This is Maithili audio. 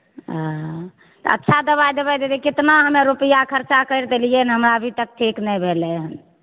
अं तऽ अच्छा दबाई देबै दीदी कितना हमे रुपैआ खर्चा कैरि देलियै हन हमरा अभी तक ठीक नहि भेलै हन